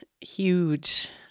huge